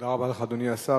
תודה רבה לך, אדוני השר.